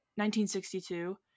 1962